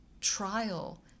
trial